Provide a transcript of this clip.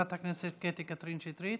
חברת הכנסת קטי קתרין שטרית,